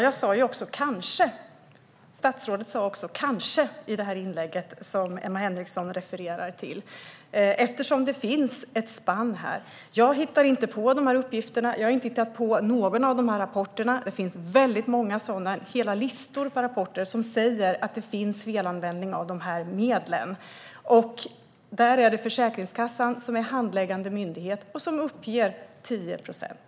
Herr talman! Jag sa "kanske" i det inlägg som Emma Henriksson refererar till, eftersom det finns ett spann här. Jag hittar inte på de här uppgifterna och har inte hittat på någon av rapporterna. Det finns väldigt många - hela listor med rapporter som säger att det förekommer felanvändning av dessa medel. Försäkringskassan, som är handläggande myndighet, uppger 10 procent.